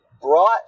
brought